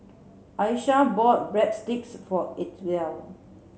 Aisha bought Breadsticks for Itzel